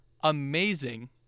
amazing